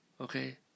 Okay